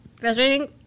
frustrating